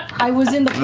i was in